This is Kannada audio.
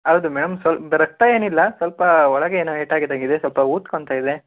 ಹೌದು ಮೇಡಮ್ ಸ್ವಲ್ ರಕ್ತ ಏನಿಲ್ಲ ಸ್ವಲ್ಪ ಒಳಗೆ ಏನೋ ಏಟಾಗಿದಂಗಿದೆ ಸ್ವಲ್ಪ ಊದ್ಕೊತಾ ಇದೆ